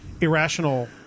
irrational